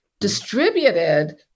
distributed